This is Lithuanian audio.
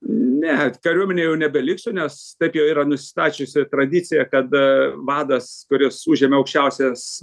ne kariuomenėj jau nebeliksiu nes taip jau yra nusistačiusi tradicija kada vadas kuris užėmė aukščiausias